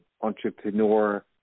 entrepreneur